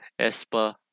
ESPA